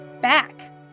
back